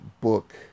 book